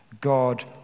God